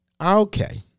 Okay